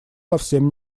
совсем